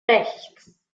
rechts